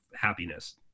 happiness